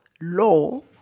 law